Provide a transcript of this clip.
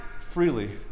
freely